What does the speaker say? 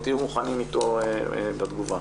רפרנט בריאות באגף תקציבים במשרד האוצר בבקשה.